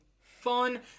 fun